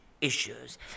issues